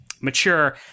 mature